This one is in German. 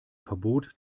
verbot